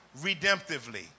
redemptively